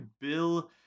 bill